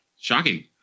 Shocking